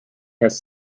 has